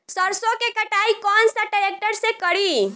सरसों के कटाई कौन सा ट्रैक्टर से करी?